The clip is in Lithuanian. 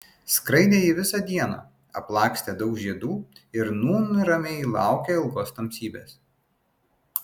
skraidė ji visą dieną aplakstė daug žiedų ir nūn ramiai laukė ilgos tamsybės